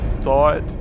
thought